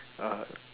uh